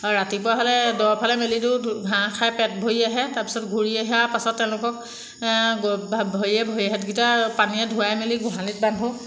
আৰু ৰাতিপুৱা হ'লে দফালে মেলি দিওঁ ঘাঁহ খাই পেট ভৰি আহে তাত তাৰপিছত ঘূৰি অহাৰ পাছত তেওঁলোকক ভৰিয়ে ভৰি হাতকেইটা পানীয়ে ধুৱাই মেলি গোহালিত বান্ধোঁ